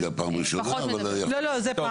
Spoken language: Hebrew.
אני לא יודע אם זו פעם ראשונה, אבל --- לא, פעם